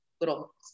little